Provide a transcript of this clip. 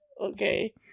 okay